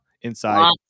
Inside